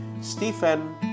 Stephen